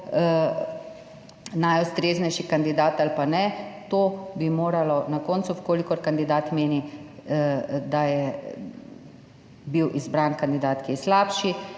najustreznejši kandidat ali ne, o tem bi moralo na koncu, v kolikor kandidat meni, da je bil izbran kandidat, ki je slabši,